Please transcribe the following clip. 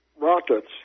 rockets